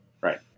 Right